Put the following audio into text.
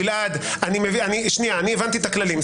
גלעד, אני הבנתי את הכללים.